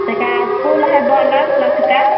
तकरा बाद पुल हय बनल लचका